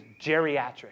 geriatric